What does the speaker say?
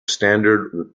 standard